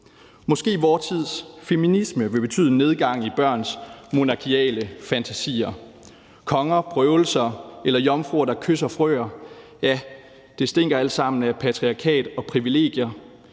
Måske vil vor tids feminisme betyde en nedgang i børns monarkiske fantasier. Konger, prøvelser eller jomfruer, der kysser frøer, stinker alt sammen af patriarkat og privilegier,